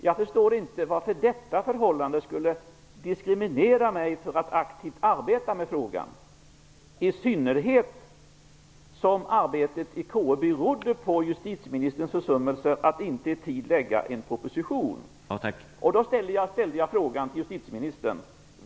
Jag förstår inte varför detta förhållande skulle diskriminera mig från att aktivt arbeta med frågan, i synnerhet som arbetet i KU berodde på justitieministerns försummelser att inte i tid lägga fram en proposition. Jag ställde följande fråga till justitieministern.